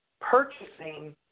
purchasing